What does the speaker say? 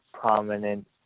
prominent